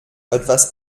etwas